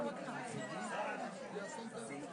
להפריע לך כי אני מבינה שיש לך